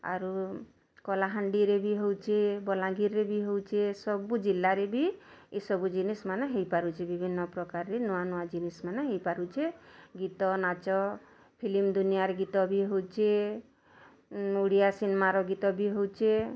ଆରୁ କଲାହାଣ୍ଡିରେ ବି ହେଉଛି ବଲାଙ୍ଗୀରିରେ ବି ହଉଛେ ସବୁ ଜିଲ୍ଲାରେ ବି ଏସବୁ ଜିନିଷ୍ମାନେ ହୋଇପାରୁଛି ବିଭିନ୍ନ ପ୍ରକାରରେ ନୂଆ ନୂଆ ଜିନିଷ୍ମାନେ ହେଇ ପାରୁଛେ ଗୀତ୍ ନାଚ୍ ଫିଲ୍ମ ଦୁନିଆରେ ଗୀତ୍ ବି ହଉଛେ ଓଡ଼ିଆ ସିନେମାର ଗୀତ ବି ହଉଛେ